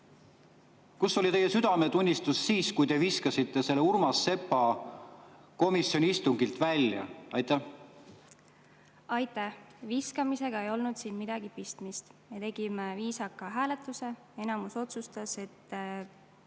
kus oli teie südametunnistus siis, kui te viskasite Urmas Sepa komisjoni istungilt välja? Aitäh! Viskamisega ei olnud siin midagi pistmist. Me tegime viisaka hääletuse. Enamus otsustas, et